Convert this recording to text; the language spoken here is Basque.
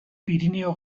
pirinio